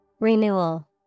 Renewal